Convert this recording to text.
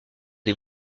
des